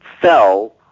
fell